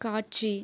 காட்சி